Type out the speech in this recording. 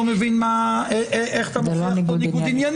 מבין איך אתה מוצא כאן ניגוד עניינים.